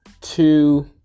two